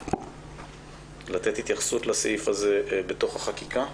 לתת התייחסות לסעיף הזה בתוך החקיקה?